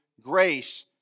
grace